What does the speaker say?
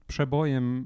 przebojem